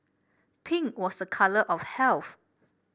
pink was a colour of health